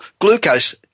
glucose